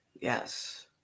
Yes